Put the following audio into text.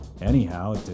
anyhow